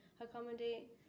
accommodate